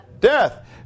Death